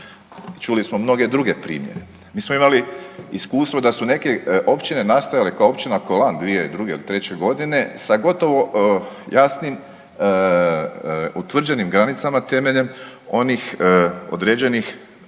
čuli smo mnoge druge primjere. Mi smo imali iskustvo da su neke općine nastale kao općina Kolan 2002. ili '03. godine sa gotovo jasnim utvrđenim granicama temeljem onih određenih